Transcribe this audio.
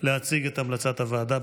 להציג את המלצת הוועדה.